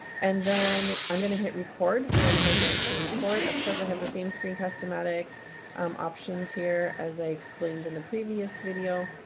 and then i'm gonna hit record once i'm ready to record of course i have the same screencast-o-matic options here as i explained in the previous video.